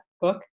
book